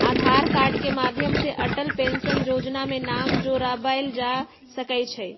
आधार card के माध्यम से अटल पेंशन जोजना में नाम जोरबायल जा सकइ छै